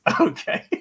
Okay